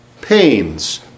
pains